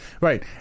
Right